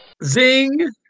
zing